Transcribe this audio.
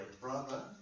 brother